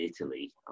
Italy